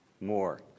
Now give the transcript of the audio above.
more